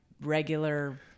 regular